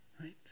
right